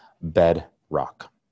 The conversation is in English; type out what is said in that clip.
bedrock